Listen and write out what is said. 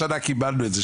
השנה קיבלנו את זה.